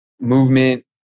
movement